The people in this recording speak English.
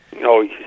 No